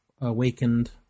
awakened